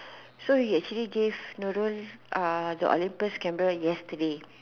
so he actually gave Nurul uh the Olympus camera yesterday